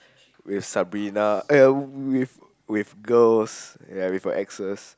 with Sabrina uh with girls ya with your exes